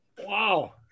Wow